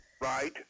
Right